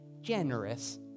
generous